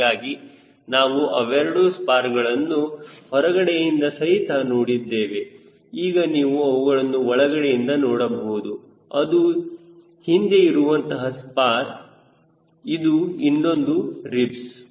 ಹೀಗಾಗಿ ನಾವು ಇವೆರಡು ಸ್ಪಾರ್ಗಳನ್ನು ಹೊರಗಡೆಯಿಂದ ಸಹಿತ ನೋಡಿದ್ದೇವೆ ಈಗ ನೀವು ಅವುಗಳನ್ನು ಒಳಗಡೆಯಿಂದ ನೋಡಬಹುದು ಇದು ಹಿಂದೆ ಇರುವಂತಹ ಸ್ಪಾರ್ ಇದು ಇನ್ನೊಂದು ರಿಬ್ಸ್